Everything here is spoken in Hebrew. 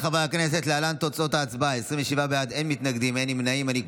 ההצבעה אלקטרונית.